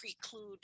preclude